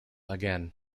again